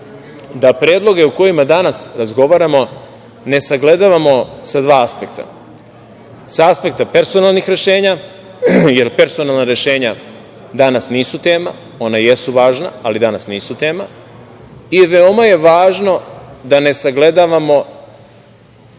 da predloge o kojima danas razgovaramo ne sagledavamo sa dva aspekta. Sa aspekta personalnih rešenja, jer personalna rešenja danas nisu tema, ona jesu važna, ali danas nisu tema. I veoma je važno da ne sagledavamo